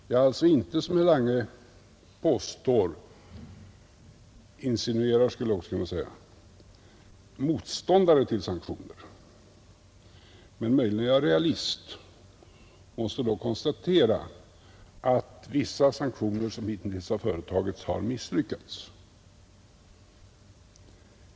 Jag är alltså inte, som herr Lange påstår — eller insinuerar, skulle man också kunna säga — motståndare till sanktioner. Möjligen är jag realist, och jag måste då konstatera att vissa sanktioner, som hitintills har företagits, har misslyckats.